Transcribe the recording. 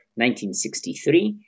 1963